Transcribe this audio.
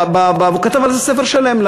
הוא כתב על זה ספר שלם.